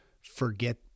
forget